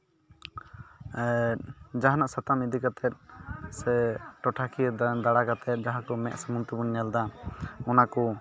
ᱡᱟᱦᱟᱸ ᱱᱟᱜ ᱥᱟᱛᱟᱢ ᱤᱫᱤ ᱠᱟᱛᱮ ᱥᱮ ᱴᱚᱴᱷᱟᱠᱤᱭᱟᱹ ᱫᱟᱬᱟ ᱠᱟᱛᱮ ᱡᱟᱦᱟᱸ ᱠᱚ ᱢᱮᱫ ᱥᱩᱢᱩᱝ ᱛᱮᱵᱚᱱ ᱧᱮᱞᱮᱫᱟ ᱚᱱᱟ ᱠᱚ